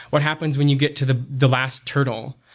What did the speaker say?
what happens when you get to the the last hurdle?